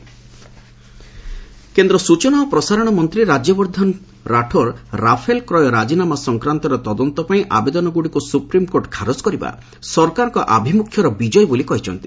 Rathore Rafale SC କେନ୍ଦ୍ର ସୂଚନା ଓ ପ୍ରସାରଣ ମନ୍ତ୍ରୀ ରାଜବ୍ୟର୍ଦ୍ଧନ ରାଠୋର ରାଫେଲ କ୍ରୟ ରାଜିନାମା ସଂକ୍ରାନ୍ତରେ ତଦନ୍ତ ପାଇଁ ଆବେଦନଗୁଡ଼ିକୁ ସୁପ୍ରିମକୋର୍ଟ ଖାରଜ କରିବା ସରକାରଙ୍କ ଆଭିମୁଖ୍ୟର ବିଜୟ ବୋଲି କହିଛନ୍ତି